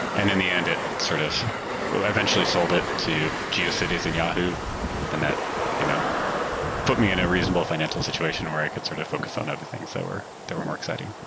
and in the end, it sort of i eventually sold it to geocities in yahoo and that you know put me in a reasonable financial situation where i could sort of focus on other things that were that were more exciting.